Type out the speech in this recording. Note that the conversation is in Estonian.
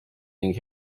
ning